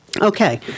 Okay